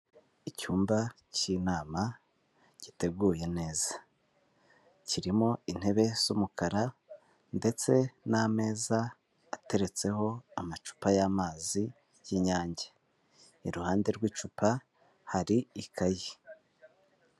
Icyumba cy'inama giteguye neza, kirimo intebe z'umukara ndetse n'ameza ateretseho amacupa y'amazi y'inyange, iruhande rw'icupa hari ikaye.